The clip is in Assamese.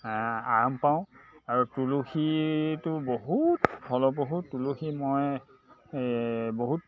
আৰাম পাওঁ আৰু তুলসীটো বহুত ফলপ্ৰসূ তুলসী মই বহুত